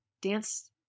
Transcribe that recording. dance